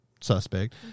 suspect